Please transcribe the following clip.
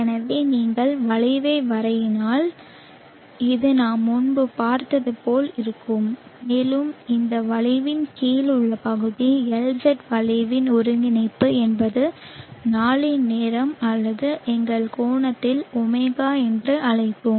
எனவே நீங்கள் வளைவை வரையினால் இது நாம் முன்பு பார்த்தது போல் இருக்கும் மேலும் இந்த வளைவின் கீழ் உள்ள பகுதி LZ வளைவின் ஒருங்கிணைப்பு என்பது நாளின் நேரம் அல்லது எங்கள் கோணத்தை ஒமேகா என்று அழைத்தோம்